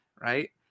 right